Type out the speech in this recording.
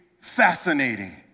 Fascinating